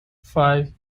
five